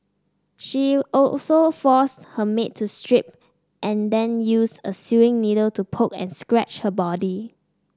she also forced her maid to strip and then use a sewing needle to poke and scratch her body